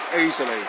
easily